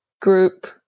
group